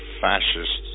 fascists